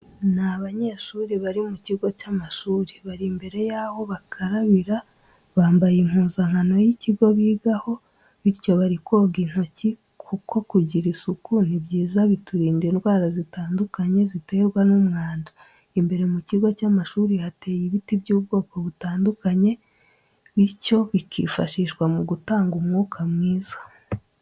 Ni abanyeshuri bari mu kigo cy'amashuri, bari imbere yaho bakarabira, bambaye Impuzankano y'ikigo bigaho. Bityo bari koga intoki kuko kugira isuku ni byiza biturinda indwara zitandukanye ziterwa n'umwanda, imbere mu kigo cy'amashuri hateye ibiti by'ubwoko butandukanye bityo bikifashishwa mugutanga umwuka mwiza.